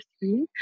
three